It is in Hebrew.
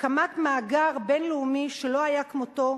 הקמת מאגר בין-לאומי שלא היה כמותו,